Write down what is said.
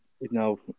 No